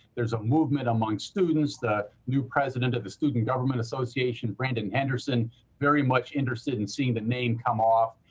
there's a movement among students. the new president of the student government association brandon henderson very much interested in seeing the name come off.